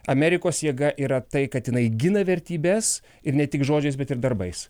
amerikos jėga yra tai kad jinai gina vertybes ir ne tik žodžiais bet ir darbais